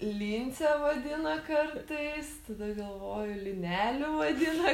lince vadina kartais tada galvoju lineliu vadina